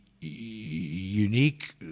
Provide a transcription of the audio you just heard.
unique